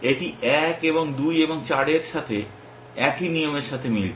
এটি 1 এবং 2 এবং 4 এর সাথে একই নিয়মের সাথে মিলছে